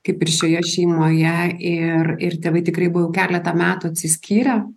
kaip ir šioje šeimoje ir ir tėvai tikrai buvo jau keletą metų atsiskyrę